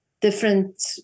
different